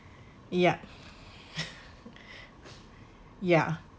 yeah yeah